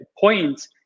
point